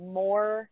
more